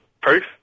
proof